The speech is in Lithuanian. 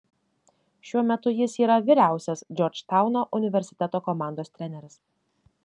šiuo metu jis yra vyriausias džordžtauno universiteto komandos treneris